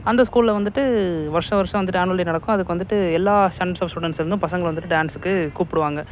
அந்த ஸ்கூலில் வந்துட்டு வருஷம் வருஷம் வந்துட்டு அனுவ்வல் டே நடக்கும் அதுக்கு வந்துட்டு எல்லா ஸ்டாண்டர்ட் ஆஃப் ஸ்டுடண்ஸ்லிருந்தும் எல்லா பசங்கள் வந்துட்டு டான்ஸ்க்கு கூப்பிடுவாங்க